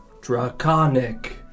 Draconic